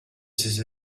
ses